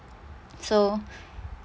so